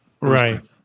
Right